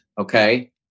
Okay